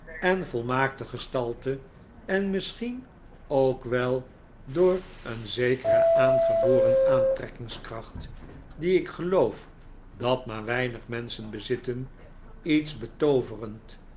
en volmaakte gestalte en misschien ook wel door een zekere aangeboren aantrekkingskracht die ik geloof dat maar weinig menschen bezitten iets betooverend